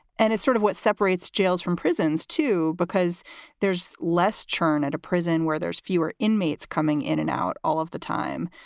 and it's sort of what separates jails from prisons, too, because there's less churn at a prison where there's fewer inmates coming in and out all of the time.